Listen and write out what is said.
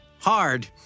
hard